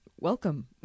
welcome